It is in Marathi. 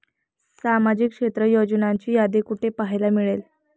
सामाजिक क्षेत्र योजनांची यादी कुठे पाहायला मिळेल?